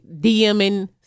DMing